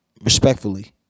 Respectfully